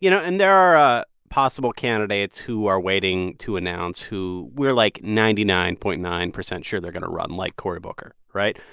you know and there are possible candidates who are waiting to announce who we're like ninety nine point nine percent sure they're going to run, like corey booker. right?